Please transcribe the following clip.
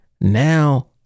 Now